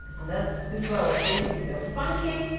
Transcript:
and that this where i was saying if you're funky